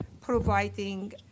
providing